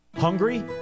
Hungry